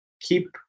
keep